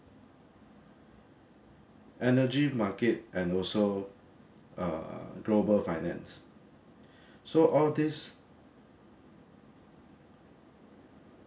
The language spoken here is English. energy market and also uh global finance so all these